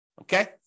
Okay